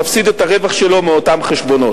מפסיד את הרווח שלו מאותם חשבונות.